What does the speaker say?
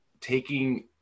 taking